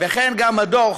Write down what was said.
וכן גם הדוח